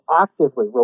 actively